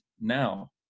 now